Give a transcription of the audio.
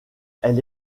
elle